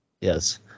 Yes